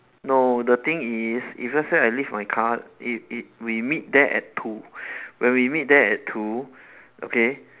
no the thing is if let's say I leave my car if it we meet there at two when we meet there at two okay